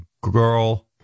girl